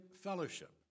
fellowship